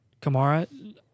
kamara